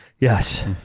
Yes